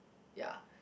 ya